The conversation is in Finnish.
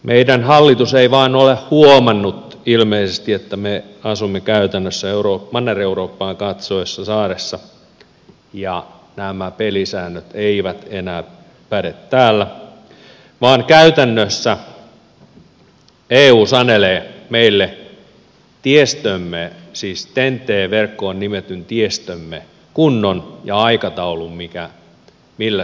meidän hallitus ei vain ole ilmeisesti huomannut että me asumme käytännössä manner eurooppaan katsottaessa saaressa ja nämä pelisäännöt eivät enää päde täällä vaan käytännössä eu sanelee meille tiestömme siis ten t verkkoon nimetyn tiestömme kunnon ja aikataulun millä se pistetään kuntoon